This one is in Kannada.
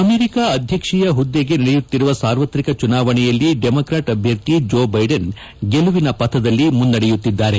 ಅಮೆರಿಕ ಅಧ್ವಕ್ಷೀಯ ಹುದ್ದೆಗೆ ನಡೆಯುತ್ತಿರುವ ಸಾರ್ವತ್ರಿಕ ಚುನಾವಣೆಯಲ್ಲಿ ಡೆಮಾಕಾಟ್ ಅಭ್ವರ್ಥಿ ಜೋ ಬೈಡೆನ್ ಗೆಲುವಿನ ಪಥದಲ್ಲಿ ಮುನ್ನಡೆಯುತ್ತಿದ್ದಾರೆ